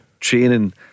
training